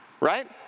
Right